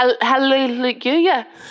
Hallelujah